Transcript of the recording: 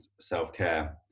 self-care